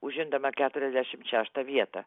užimdama keturiasdešimt šeštą vietą